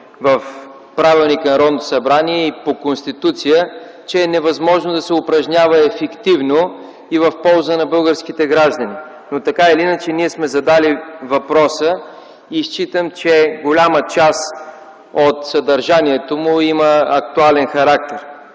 в Правилника на Народното събрание и по Конституция, че е невъзможно да се упражнява ефективно и в полза на българските граждани. Така или иначе ние сме задали въпроса и считам, че голяма част от съдържанието му има актуален характер.